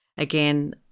again